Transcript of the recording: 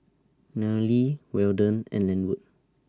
Nayely Weldon and Lenwood